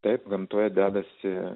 kaip gamtoje debesį